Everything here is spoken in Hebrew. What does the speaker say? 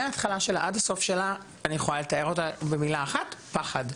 מההתחלה שלה עד הסוף שלה אני יכולה לתאר אותה במילה אחת: פחד.